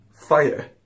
fire